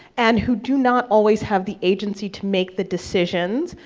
and who do not always have the agency to make the decisions,